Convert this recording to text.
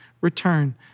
return